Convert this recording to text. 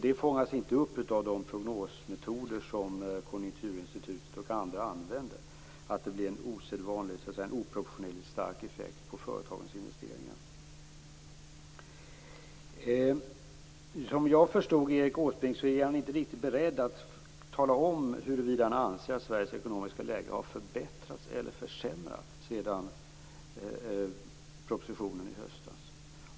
Det fångas inte upp av de prognosmetoder som Konjunkturinstitutet och andra använder. Det blir en oproportionerligt stark effekt på företagens investeringar. Som jag förstod Erik Åsbrink är han inte riktigt beredd att tala om huruvida han anser att Sveriges ekonomiska läge har förbättrats eller försämrats sedan propositionen i höstas.